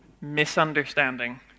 misunderstanding